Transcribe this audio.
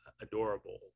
adorable